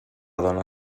dona